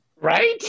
right